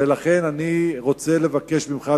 ולכן אני רוצה לבקש ממך,